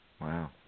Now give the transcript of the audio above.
wow